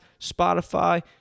Spotify